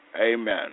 Amen